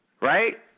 right